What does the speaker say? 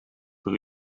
per